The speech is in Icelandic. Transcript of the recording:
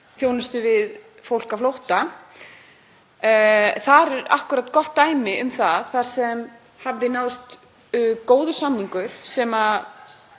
þjónustu við fólk á flótta. Það er akkúrat gott dæmi um það þar sem náðist góður samningur sem